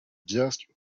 just